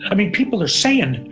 i mean, people are saying,